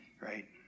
Right